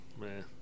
man